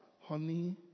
Honey